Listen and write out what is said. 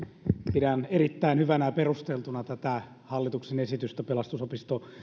pidän erittäin hyvänä ja perusteltuna tätä hallituksen esitystä pelastusopisto